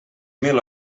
mil